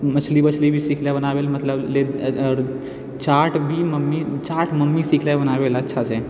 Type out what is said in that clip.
मछली उछली भी सिखलै बनाबै लए मतलब आओर चाट भी मम्मी चाट मम्मीसँ सिखलै बनाबै लए अच्छासँ